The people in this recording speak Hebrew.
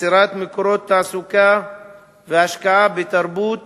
יצירת מקורות תעסוקה והשקעה בתרבות